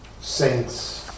saints